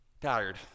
tired